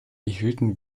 erhielten